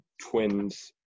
Twins